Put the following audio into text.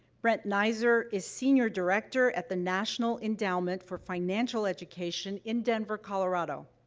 brent neiser is senior director at the national endowment for financial education in denver, colorado.